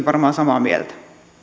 varmaan samaa mieltä